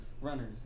runners